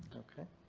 okay.